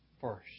first